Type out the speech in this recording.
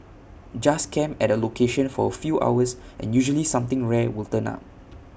just camp at A location for A few hours and usually something rare will turn up